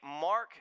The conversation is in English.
mark